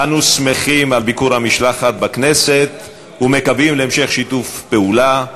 אנו שמחים על ביקור המשלחת בכנסת ומקווים להמשך שיתוף פעולה.